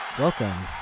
Welcome